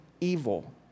evil